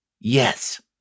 Yes